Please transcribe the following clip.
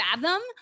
fathom